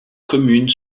communes